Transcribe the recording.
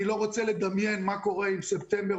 אני לא רוצה לדמיין מה קורה עם ספטמבר,